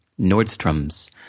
Nordstrom's